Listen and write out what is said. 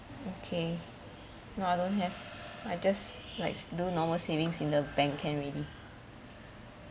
okay no I don't have I just like do normal savings in the bank can already